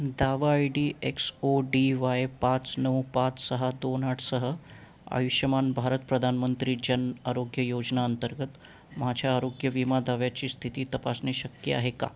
दावा I D X O D Y पाच नऊ पाच सहा दोन आठ सह आयुष्यमान भारत प्रधानमंत्री जन आरोग्य योजना अंतर्गत माझ्या आरोग्य विमा दाव्याची स्थिती तपासणे शक्य आहे का